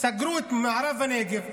סגרו את מערב הנגב.